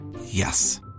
Yes